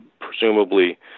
presumably